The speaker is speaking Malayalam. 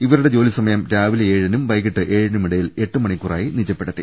ഇവരുടെ ജോലി സമയം രാവിലെ ഏഴിനും വൈകിട്ട് ഏഴിനുമിടയിൽ എട്ടുമ ണിക്കൂറായി നിജപ്പെടുത്തി